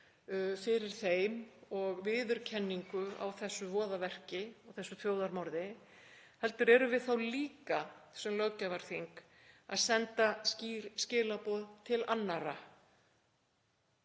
fyrir þeim og viðurkenningu á þessu voðaverki og þessu þjóðarmorði heldur erum við þá líka sem löggjafarþing að senda skýr skilaboð til annarra,